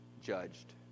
judged